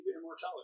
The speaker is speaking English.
immortality